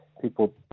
people